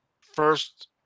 First